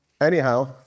Anyhow